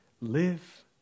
live